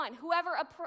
whoever